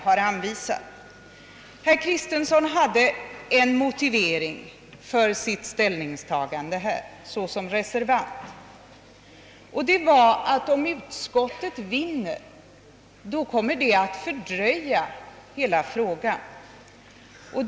Herr Kristenson anförde som motivering för sitt ställningstagande, att hela denna fråga kommer att fördröjas om utskottet vinner.